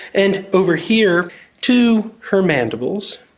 and over here too, her mandibles.